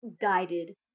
guided